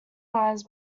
lives